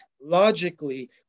logically